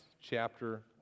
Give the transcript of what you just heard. chapter